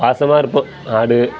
பாசமாக இருப்போம் ஆடு